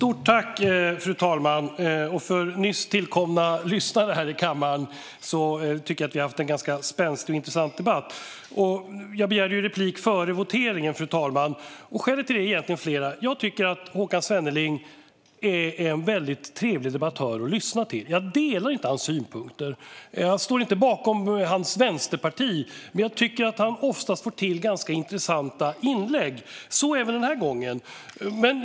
Fru talman! För nyss tillkomna lyssnare här i kammaren vill jag tala om att jag tycker att vi har haft en ganska spänstig och intressant debatt. Jag begärde ju replik före voteringen, fru talman, och skälet till det är egentligen flera. Jag tycker att Håkan Svenneling är en väldigt trevlig debattör att lyssna till. Jag delar inte hans synpunkter och står inte bakom hans vänsterparti, men jag tycker att han oftast får till ganska intressanta inlägg - så även den här gången.